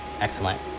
Excellent